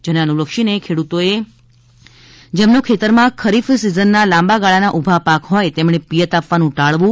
જેને અનુલક્ષીને ખેડૂતોએ જેમના ખેતરમાં ખરીફ સીઝનના લાંબા ગાળાના ઉભા પાક હોય તેમણે પિયત આપવાનું ટાળવું